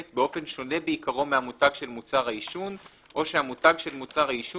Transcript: באופן שונה בעיקרו מהמותג של מוצר העישון או שהמותג של מוצר העישון